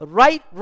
right